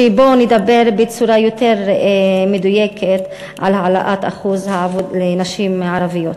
שבו נדבר בצורה יותר מדויקת על העלאת אחוז העבודה אצל נשים ערביות,